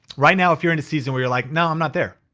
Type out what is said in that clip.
right now, if you're in a season where you're like, no, i'm not there.